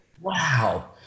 Wow